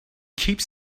keeps